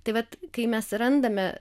tai vat kai mes randame